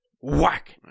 whack